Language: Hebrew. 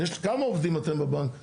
כמה עובדים אתם בבנק?